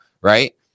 Right